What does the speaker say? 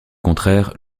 contraire